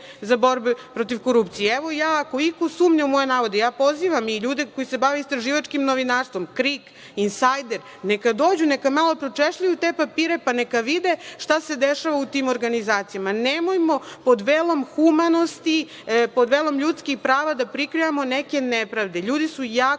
za borbu protiv korupcije. Evo, ako iko sumnja u moje navode, ja pozivam i ljude koji se bave istraživačkim novinarstvom, KRIK, „Insajder“, neka dođu, neka malo pročešljaju te papire, pa neka vide šta se dešava u tim organizacijama. Nemojmo, pod velom humanosti, pod velom ljudskih prava, da prikrivamo neke nepravde. Ljudi su jako